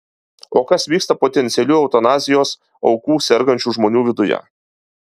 o kas vyksta potencialių eutanazijos aukų sergančių žmonių viduje